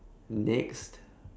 next